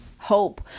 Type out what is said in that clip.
Hope